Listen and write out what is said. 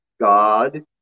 God